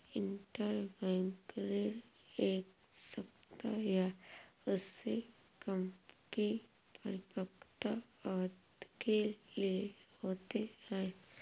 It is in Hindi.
इंटरबैंक ऋण एक सप्ताह या उससे कम की परिपक्वता अवधि के लिए होते हैं